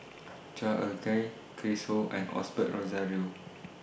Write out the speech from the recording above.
Chua Ek Kay Chris Ho and Osbert Rozario